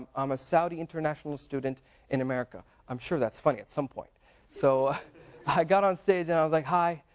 um a saudi international student in america, i'm sure that's funny at some point so i got on stage and i was like, hi,